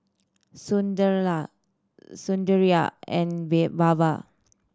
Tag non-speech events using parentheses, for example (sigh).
Sunderlal Sundaraiah and (unintelligible) Baba